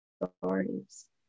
authorities